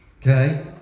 Okay